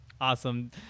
Awesome